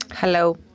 Hello